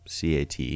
CAT